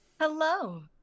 Hello